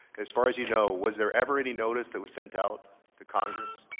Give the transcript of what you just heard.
as far as you know, was there ever any notice that was sent out to congress?